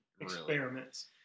experiments